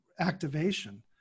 Activation